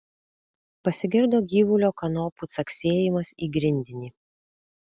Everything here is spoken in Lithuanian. pasigirdo gyvulio kanopų caksėjimas į grindinį